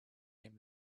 came